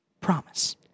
promise